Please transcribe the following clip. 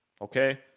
Okay